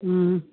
ꯎꯝ